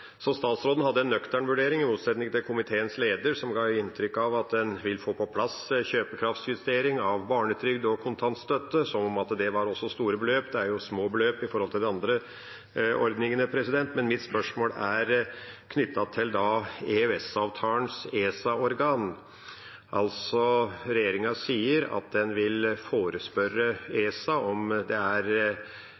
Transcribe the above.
Statsråden hadde en nøktern vurdering, i motsetning til komiteens leder, som ga inntrykk av at en vil få på plass kjøpekraftsjustering av barnetrygd og kontantstøtte, som om det også var store beløp. Det er jo små beløp i forhold til de andre ordningene. Mitt spørsmål er knyttet til EØS-avtalens ESA-organ. Regjeringen sier at den vil forespørre